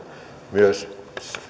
myös